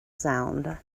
sound